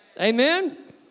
Amen